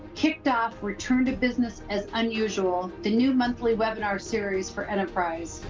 kicked off return to business as unusual. the new monthly webinar series for enterprise.